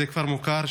זה כפר מוכר,